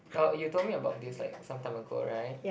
oh you told me about this like some time ago right